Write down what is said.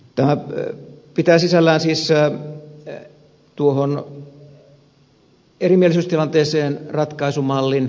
tämä pitää sisällään siis tuohon erimielisyystilanteeseen ratkaisumallin